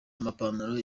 amapantaro